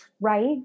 right